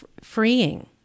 freeing